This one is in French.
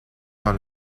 dans